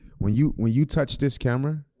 when you when you touch this camera,